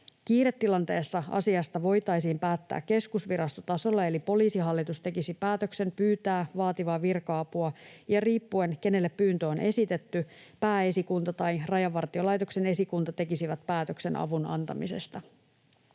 Kiiretilanteessa asiasta voitaisiin päättää keskusvirastotasolla eli Poliisihallitus tekisi päätöksen pyytää vaativaa virka-apua, ja riippuen siitä, kenelle pyyntö on esitetty, Pääesikunta tai Rajavartiolaitoksen esikunta tekisivät päätöksen avun antamisesta.